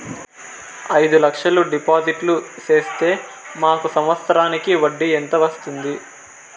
అయిదు లక్షలు డిపాజిట్లు సేస్తే మాకు సంవత్సరానికి వడ్డీ ఎంత వస్తుంది?